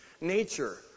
nature